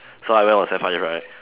so everyone was sec five right